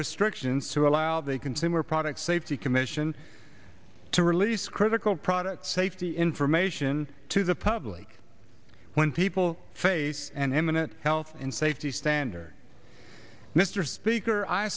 restrictions to allow the consumer products safety commission to release critical product safety information to the public when people face an imminent health and safety standards mr speaker i